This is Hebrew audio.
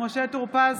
משה טור פז,